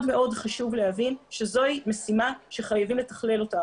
מאוד מאוד חשוב להבין שזוהי משימה שחייבים לתכלל אותה.